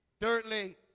Thirdly